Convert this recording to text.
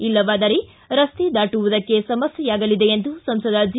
ಇಲ್ಲವಾದರೆ ರಸ್ತೆ ದಾಟುವುದಕ್ಕೆ ಸಮಸ್ಥೆಯಾಗಲಿದೆ ಎಂದು ಸಂಸದ ಜಿ